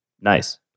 Nice